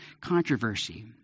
controversy